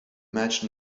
match